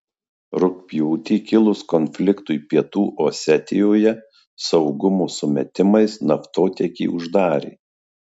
rugpjūtį kilus konfliktui pietų osetijoje saugumo sumetimais naftotiekį uždarė